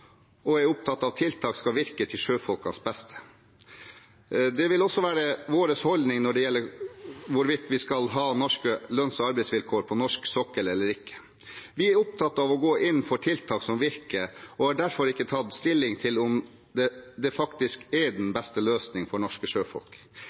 og er opptatt av at tiltak skal virke til sjøfolkenes beste. Det vil også være vår holdning når det gjelder hvorvidt vi skal ha norske lønns- og arbeidsvilkår på norsk sokkel, eller ikke. Vi er opptatt av å gå inn for tiltak som virker, og har derfor ikke tatt stilling til om det faktisk er den